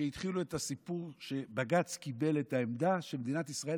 שהתחילו את הסיפור שבג"ץ קיבל את העמדה שמדינת ישראל